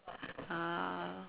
ah